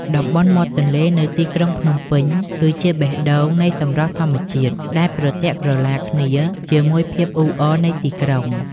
តំបន់មាត់ទន្លេនៅទីក្រុងភ្នំពេញគឺជាបេះដូងនៃសម្រស់ធម្មជាតិ ដែលប្រទាក់ក្រឡាគ្នាជាមួយភាពអ៊ូអរនៃទីក្រុង។